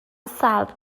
سلب